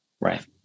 right